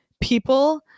people